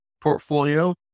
portfolio